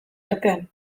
artean